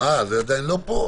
יש לנו שליטה מלאה.